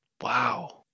Wow